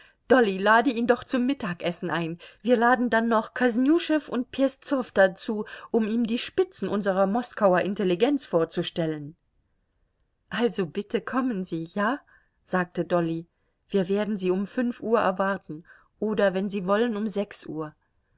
dolly lade ihn doch zum mittagessen ein wir laden dann noch kosnüschew und peszow dazu um ihm die spitzen unserer moskauer intelligenz vorzustellen also bitte kommen sie ja sagte dolly wir werden sie um fünf uhr erwarten oder wenn sie wollen um sechs uhr